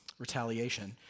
retaliation